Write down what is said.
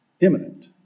imminent